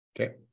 Okay